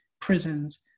prisons